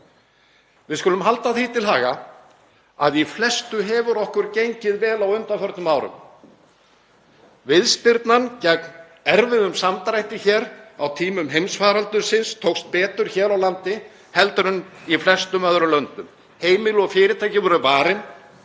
Við skulum halda því til haga að í flestu hefur okkur gengið vel á undanförnum árum. Viðspyrnan gegn erfiðum samdrætti hér á tímum heimsfaraldursins tókst betur hér á landi heldur en í flestum öðrum löndum. Heimili og fyrirtæki voru varin